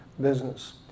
business